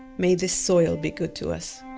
may this soil be good to us.